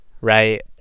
right